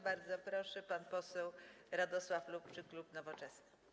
Bardzo proszę, pan poseł Radosław Lubczyk, klub Nowoczesna.